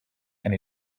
and